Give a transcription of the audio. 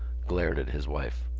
glared at his wife.